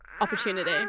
opportunity